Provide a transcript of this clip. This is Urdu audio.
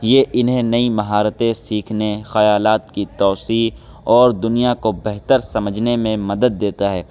یہ انہیں نئی مہارتیں سیکھنے خیالات کی توسیع اور دنیا کو بہتر سمجھنے میں مدد دیتا ہے